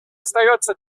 остается